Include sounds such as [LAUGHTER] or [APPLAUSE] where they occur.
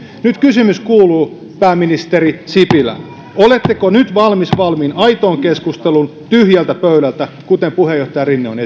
nyt kysymys kuuluu pääministeri sipilä oletteko nyt valmis aitoon keskusteluun tyhjältä pöydältä kuten puheenjohtaja rinne on [UNINTELLIGIBLE]